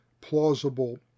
plausible